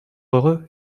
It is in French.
heureux